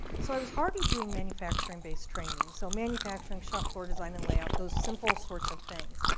so i was already doing manufacturing based training. so manufacturing, shop floor design and layout, those simple sorts of things.